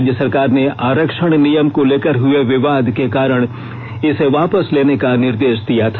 राज्य सरकार ने आरक्षण नियम को लेकर हुए विवाद के कारण इसे वापस लेने का निर्देश दिया था